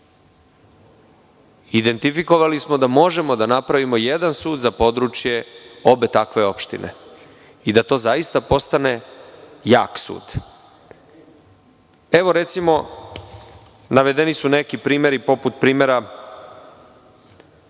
identifikovali smo da možemo da napravimo jedan sud za područje obe takve opštine i da to zaista postane jak sud. Evo, recimo, navedeni su neki primeri poput primera